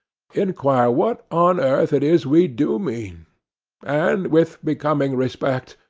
inquire what on earth it is we do mean and, with becoming respect,